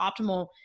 optimal